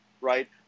right